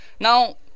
now